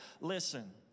listen